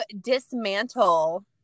dismantle